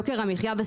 יוקר המחיה,